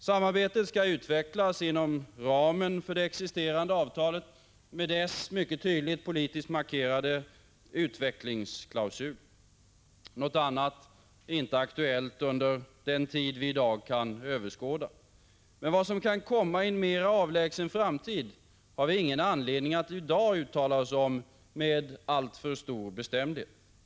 Samarbetet skall utvecklas inom ramen för det existerande avtalet med dess mycket tydligt politiskt markerade utvecklingsklausul. Något annat är inte aktuellt under den tid som vi i dag kan överblicka. Men vad som kan komma i en mer avlägsen framtid har vi ingen anledning att uttala oss om i dag med alltför stor bestämdhet.